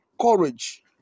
courage